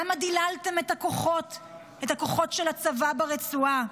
למה דיללתם את הכוחות של הצבא ברצועה?